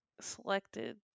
selected